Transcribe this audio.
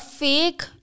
fake